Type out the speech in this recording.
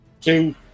Two